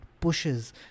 pushes